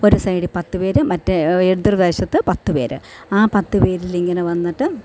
ഒരു സൈഡിൽ പത്ത് പേര് മറ്റെ എതിർവശത്ത് പത്ത് പേര് ആ പത്ത് പേരിൽ ഇങ്ങനെ വന്നിട്ട്